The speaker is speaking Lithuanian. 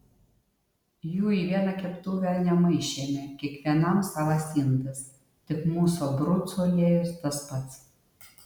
jų į vieną keptuvę nemaišėme kiekvienam savas indas tik mūsų abrucų aliejus tas pats